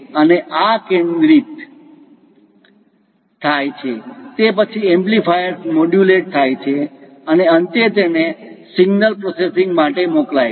અને આ કેન્દ્રિત કન્વર્ઝ્ડ converged થઈ જાય તે પછી એમ્પ્લીફાયર્સ મોડ્યુલેટ થાય છે અને અંતે તેને સિગ્નલ પ્રોસેસિંગ માટે મોકલાય છે